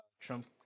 Trump